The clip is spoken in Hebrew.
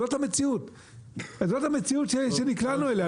זאת המציאות שנקלענו אליה,